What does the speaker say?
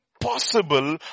Possible